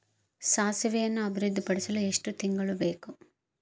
ಸಾಸಿವೆಯನ್ನು ಅಭಿವೃದ್ಧಿಪಡಿಸಲು ಎಷ್ಟು ತಿಂಗಳು ಬೇಕು?